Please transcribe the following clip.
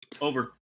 over